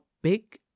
Big